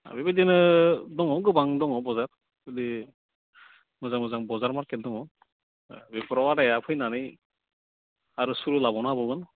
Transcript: बेबादिनो दङ गोबां दङ बजार जुदि मोजां मोजां बजार मारकेट दङ बेफोराव आदाया फैनानै आरो सुलु लाबावनो हाबावगोन